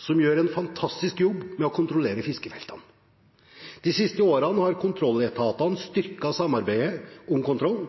som gjør en fantastisk jobb med å kontrollere fiskefeltene. De siste årene har kontrolletatene styrket samarbeidet om kontroll,